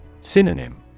Synonym